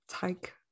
take